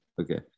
Okay